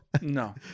no